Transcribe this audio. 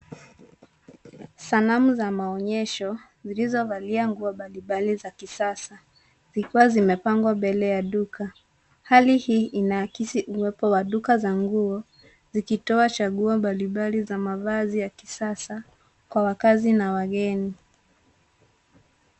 Sanamu za maonyesho zilizovalia nguo mbalimbali za kisasa zikiwa zimepangwa mbele ya duka. Hali hii inaakisi uwepo wa duka za nguo zikitoa chaguo mbalimbali za mavazi ya kisasa kwa wakazi na wageni.